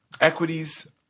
equities